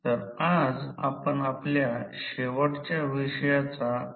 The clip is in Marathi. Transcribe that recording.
तर हे माझे आहे I विद्युत प्रवाह आहे हे V2 आहे